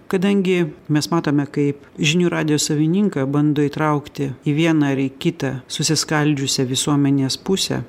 kadangi mes matome kaip žinių radijo savininką bando įtraukti į vieną ar į kitą susiskaldžiusią visuomenės pusę